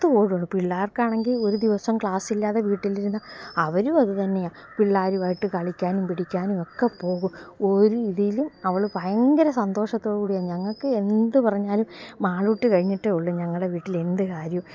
ഓടും പിള്ളേർക്കാണെങ്കില് ഒരു ദിവസം ക്ലാസില്ലാത വീട്ടിലിരുന്നാല് അവരും അതുതന്നെയാണ് പിള്ളേരുവായിട്ട് കളിക്കാനും പിടിക്കാനും ഒക്കെ പോകും ഒരു ഇതിലും അവള് ഭയങ്കര സന്തോഷത്തോടെയാണ് ഞങ്ങള്ക്ക് എന്ത് പറഞ്ഞാലും മാളൂട്ടി കഴിഞ്ഞിട്ടേ ഉള്ളു ഞങ്ങളുടെ വീട്ടിലെ എന്ത് കാര്യവും